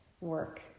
work